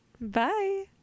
Bye